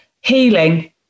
Healing